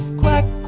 quack,